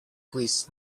please